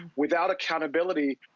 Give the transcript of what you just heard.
without accountability,